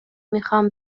میخوام